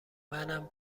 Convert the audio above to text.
منم